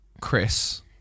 Chris